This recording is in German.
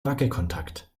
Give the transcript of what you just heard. wackelkontakt